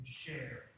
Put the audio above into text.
share